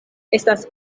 estas